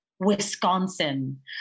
Wisconsin